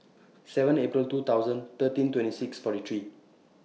seven April two thousand thirteen twenty six forty three